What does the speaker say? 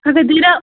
ہتے دیٖرا